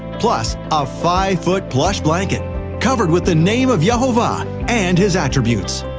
plus a five foot plush blanket covered with the name of yehovah and his attributes.